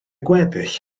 gweddill